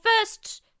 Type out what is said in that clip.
first